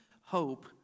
hope